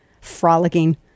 Frolicking